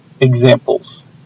examples